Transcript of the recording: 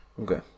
Okay